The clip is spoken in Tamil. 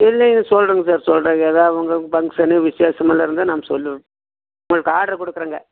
இல்லைங்க சொல்றேங்க சார் சொல்றேங்க ஏதாவது உங்களுக்கு ஃபங்ஷனு விஷேசம்லாம் இருந்தால் நாம சொல்வோம் உங்களுக்கு ஆடர் குடுக்குறேங்க